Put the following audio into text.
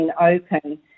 open